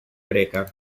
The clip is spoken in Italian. greca